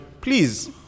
Please